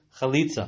chalitza